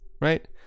right